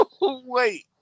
Wait